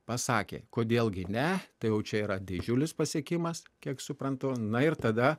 pasakė kodėl gi ne tai jau čia yra didžiulis pasiekimas kiek suprantu na ir tada